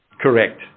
Correct